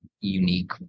unique